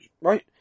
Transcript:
right